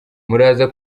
muraza